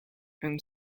and